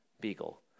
Beagle